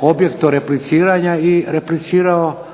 objektu repliciranja i replicirao